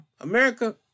America